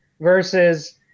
versus –